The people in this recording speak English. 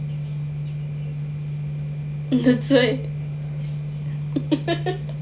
that's why